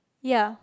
ya